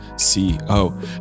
co